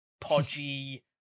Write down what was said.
podgy